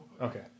Okay